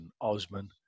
Osman